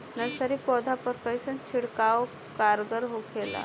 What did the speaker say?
Nursery पौधा पर कइसन छिड़काव कारगर होखेला?